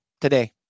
today